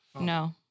no